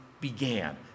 began